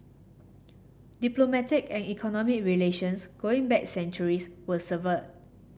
diplomatic and economic relations going back centuries were severed